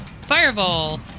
Fireball